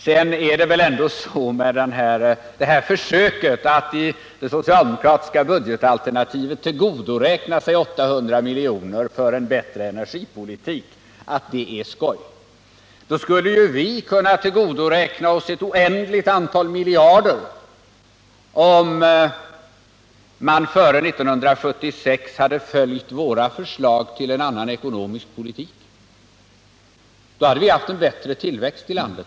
Sedan är det väl ändå så med det här försöket att i det socialdemokratiska budgetalternativet tillgodoräkna sig 800 milj.kr. för en bättre energipolitik, att det är skoj. Då skulle ju vi kunna tillgodoräkna oss ett oändligt antal miljarder — om man före 1976 hade följt våra förslag till en annan ekonomisk politik. Då hade vi haft en bättre tillväxt i landet.